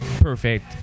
perfect